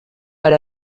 per